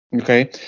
Okay